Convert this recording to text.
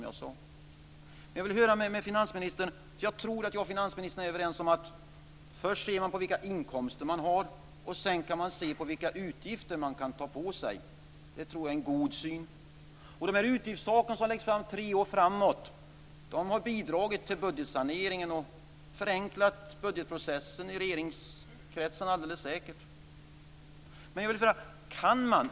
Jag tror att jag och finansministern är överens om att man först ser på vilka inkomster man har och sedan kan se på vilka utgifter man kan ta på sig. Jag tror att det är en god syn. De utgiftstak som läggs för tre år framåt har bidragit till budgetsaneringen och förenklat budgetprocessen - alldeles säkert i regeringskretsen.